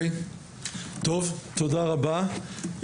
טוב, תודה רבה.